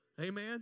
Amen